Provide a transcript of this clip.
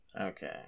Okay